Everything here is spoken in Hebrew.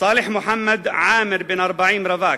צאלח מוחמד עאמר, בן 40, רווק,